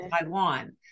taiwan